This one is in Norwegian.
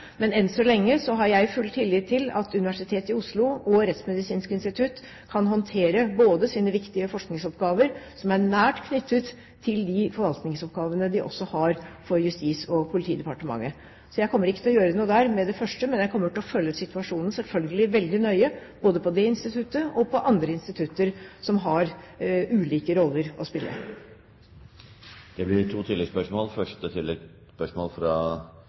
men enn så lenge har jeg full tillit til at Universitetet i Oslo og Rettsmedisinsk institutt kan håndtere sine viktige forskningsoppgaver, som er nært knyttet til de forvaltningsoppgavene de også har for Justis- og politidepartementet. Så jeg kommer ikke til å gjøre noe der med det første, men jeg kommer selvfølgelig til å følge situasjonen veldig nøye både på det instituttet og på andre institutter som har ulike roller å spille. Det blir to